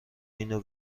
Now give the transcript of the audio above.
اینو